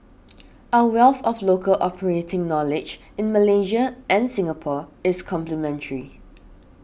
our wealth of local operating knowledge in Malaysia and Singapore is complementary